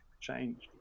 change